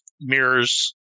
mirrors